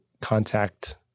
contact